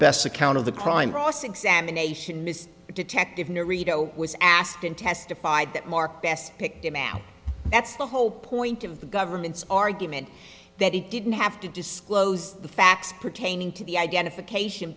best account of the crime ross examination miss the detective near rito was asked in testified that mark best picked him out that's the whole point of the government's argument that he didn't have to disclose the facts pertaining to the identification